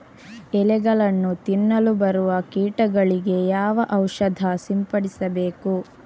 ಎಲೆಗಳನ್ನು ತಿನ್ನಲು ಬರುವ ಕೀಟಗಳಿಗೆ ಯಾವ ಔಷಧ ಸಿಂಪಡಿಸಬೇಕು?